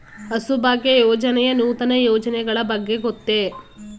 ಹಸುಭಾಗ್ಯ ಯೋಜನೆಯ ನೂತನ ಯೋಜನೆಗಳ ಬಗ್ಗೆ ಗೊತ್ತೇ?